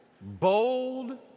bold